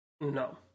No